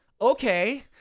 Okay